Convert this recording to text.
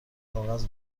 کاغذ